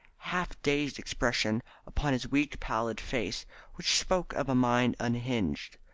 half-dazed expression upon his weak pallid face which spoke of a mind unhinged.